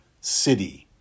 city